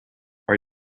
are